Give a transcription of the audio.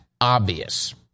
obvious